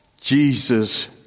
Jesus